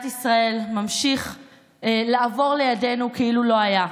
ישראל ממשיך לעבור לידנו כאילו לא היה?